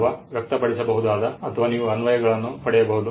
ಅಥವಾ ವ್ಯಕ್ತಪಡಿಸಬಹುದಾದ ಅಥವಾ ಹೂಗಳಿಂದ ನೀವು ಅನ್ವಯಗಳನ್ನು ಪಡೆಯಬಹುದು